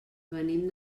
venim